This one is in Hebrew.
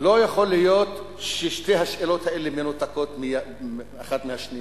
לא יכול להיות ששתי השאלות האלה מנותקות האחת מהשנייה.